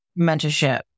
mentorship